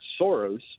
Soros